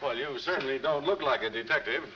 well you certainly don't look like a detective